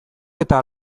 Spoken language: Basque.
eta